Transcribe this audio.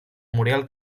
muriel